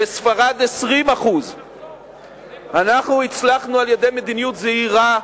בספרד, 20%. אנחנו הצלחנו, על-ידי מדיניות זהירה,